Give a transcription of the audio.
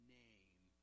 name